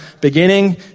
beginning